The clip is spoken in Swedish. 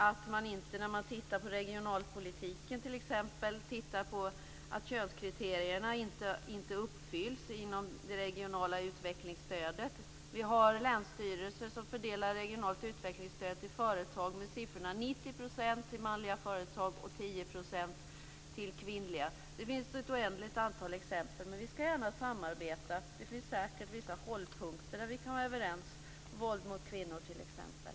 Inte heller på att man, när man tittar närmare på regionalpolitiken, inte undersöker att könskriterierna uppfylls inom det regionala utvecklingsstödet. Vi har länsstyrelser som fördelar regionalt utvecklingsstöd till företag med siffrorna 90 % till manliga företag och 10 % till kvinnliga. Det finns ett oändligt antal exempel. Men vi skall gärna samarbeta. Det finns säkert vissa hållpunkter där vi kan vara överens, våld mot kvinnor t.ex.